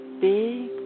big